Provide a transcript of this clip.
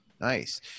Nice